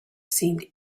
seemed